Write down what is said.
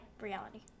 reality